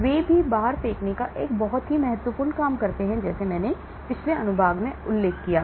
वे भी बाहर फेंकने का एक महत्वपूर्ण काम करते हैं जैसे मैंने पिछले अनुभाग में उल्लेख किया था